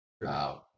Wow